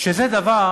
שזה דבר